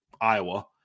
Iowa